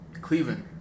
Cleveland